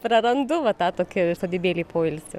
prarandu va tą tokį sodybėlėj poilsį